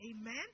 Amen